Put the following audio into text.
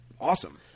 Awesome